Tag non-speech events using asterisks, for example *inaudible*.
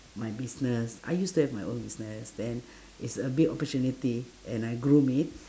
my business I used to have my own business then *breath* it's a big opportunity and I groom it